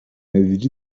edici